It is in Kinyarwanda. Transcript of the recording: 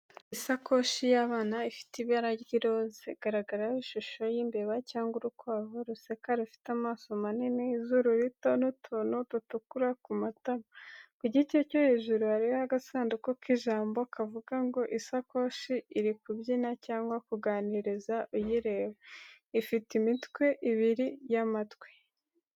Isakoshi y’abana ifite ibara rya roze, igaragaraho ishusho y’imbeba cyangwa urukwavu ruseka rufite amaso manini, izuru rito, n’utuntu dutukura ku matama. Ku gice cyo hejuru hariho agasanduku k’ijambo kavuga ngo, isakoshi iri kubyina cyangwa kuganiriza uyireba. Ifite imitwe ibiri y’amatwi.